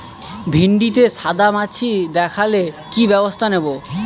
ভিন্ডিতে সাদা মাছি দেখালে কি ব্যবস্থা নেবো?